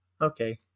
Okay